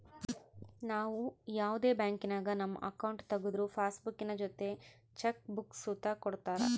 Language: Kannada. ನಾವು ಯಾವುದೇ ಬ್ಯಾಂಕಿನಾಗ ನಮ್ಮ ಅಕೌಂಟ್ ತಗುದ್ರು ಪಾಸ್ಬುಕ್ಕಿನ ಜೊತೆ ಚೆಕ್ ಬುಕ್ಕ ಸುತ ಕೊಡ್ತರ